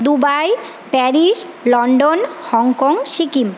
Dubai Paris London Hong Kong Sikkim